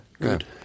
Good